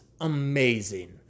amazing